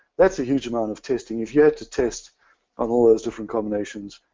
that's a huge amount of testing. if you had to test on all those different combinations,